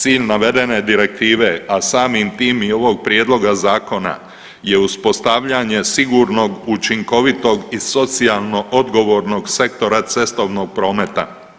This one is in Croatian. Cilj navedene direktive, a samim tim ovog prijedloga zakona je uspostavljanje sigurnog, učinkovitog i socijalno odgovornog sektora cestovnog prometa.